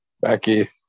Becky